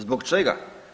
Zbog čega?